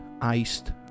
iced